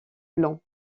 long